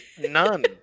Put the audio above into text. none